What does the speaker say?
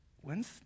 when's